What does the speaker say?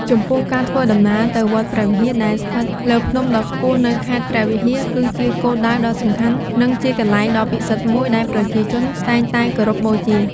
ចំពោះ ការធ្វើដំណើរទៅវត្តព្រះវិហារ ដែលស្ថិតលើភ្នំដ៏ខ្ពស់នៅខេត្តព្រះវិហារ គឺជាគោលដៅដ៏សំខាន់ និងជាកន្លែងដ៏ពិសិដ្ឋមួយដែលប្រជាជនតែងតែគោរពបូជា។